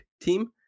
team